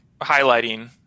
highlighting